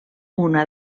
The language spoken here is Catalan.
una